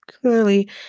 clearly